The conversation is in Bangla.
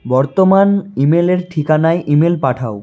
বর্তমান ইমেলের ঠিকানায় ইমেল পাঠাও